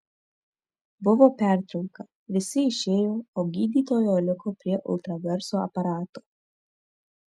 buvo pertrauka visi išėjo o gydytoja liko prie ultragarso aparato